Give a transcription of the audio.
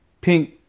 Pink